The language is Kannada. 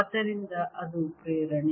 ಆದ್ದರಿಂದ ಅದು ಪ್ರೇರಣೆ